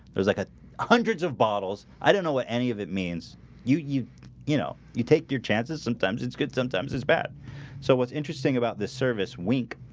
there's like a hundreds of bottles i don't know what any of it means you you you know you take your chances sometimes? it's good sometimes, it's bad so what's interesting about this service wink?